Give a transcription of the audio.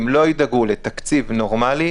אם לא ידאגו לתקציב נורמלי,